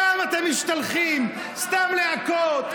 אתם סתם משתלחים, סתם להכות.